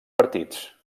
partits